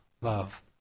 love